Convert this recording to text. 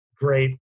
great